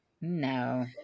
No